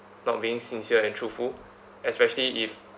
not being sincere and truthful especially if